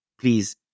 Please